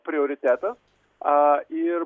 prioritetas a ir